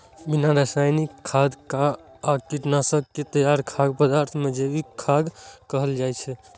बिना रासायनिक खाद आ कीटनाशक के तैयार खाद्य पदार्थ कें जैविक खाद्य कहल जाइ छै